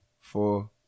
four